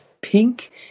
pink